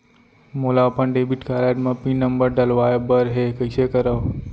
मोला अपन debit card म पिन नंबर डलवाय बर हे कइसे करव?